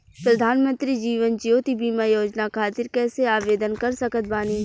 प्रधानमंत्री जीवन ज्योति बीमा योजना खातिर कैसे आवेदन कर सकत बानी?